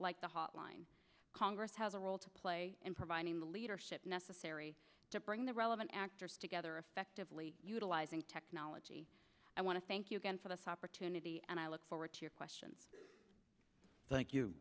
like the hot line congress has a role to play in providing the leadership necessary to bring the relevant actors together effectively utilizing technology i want to thank you again for the opportunity and i look forward to your question